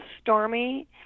stormy